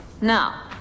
Now